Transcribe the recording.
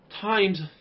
times